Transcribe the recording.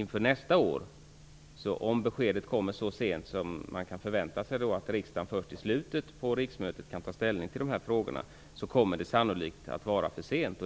Man kan förvänta sig att riksdagen först i slutet på riksmötet kan ta ställning till dessa frågor. Då kommer det sannolikt att vara för sent.